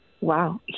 Wow